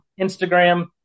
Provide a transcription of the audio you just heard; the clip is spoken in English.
Instagram